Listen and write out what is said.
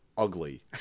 ugly